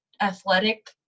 athletic